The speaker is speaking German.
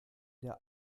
der